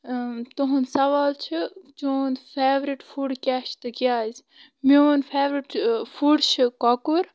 تُہٕنٛد سوال چھُ چیون فیورِت فُڈ کیٛاہ چھُ تہٕ کیٛازِ میون فیورِٹ فُڈ چھُ کۄکُر